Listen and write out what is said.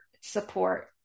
support